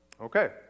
Okay